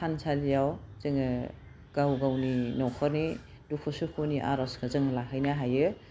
थानसालियाव जोङो गाव गावनि नख'रनि दुखु सुखुनि आर'जखौ जों लाहैनो हायो